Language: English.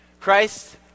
Christ